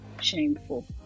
shameful